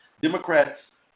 Democrats